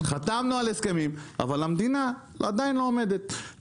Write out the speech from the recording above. חתמנו על הסכמים, אבל המדינה עדיין לא עומדת.